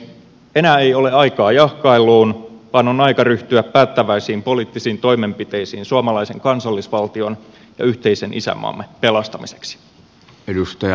enää ei ole aikaa jahkailuun vaan on aika ryhtyä päättäväisiin poliittisiin toimenpiteisiin suomalaisen kansallisvaltion ja yhteisen isänmaamme pelastamiseksi